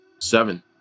Seven